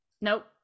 Nope